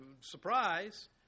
Surprise